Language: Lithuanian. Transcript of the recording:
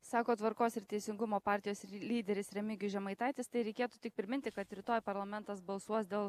sako tvarkos ir teisingumo partijos lyderis remigijus žemaitaitis tai reikėtų tik priminti kad rytoj parlamentas balsuos dėl